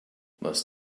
must